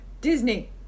Disney